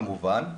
כמובן.